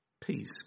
Peace